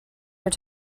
were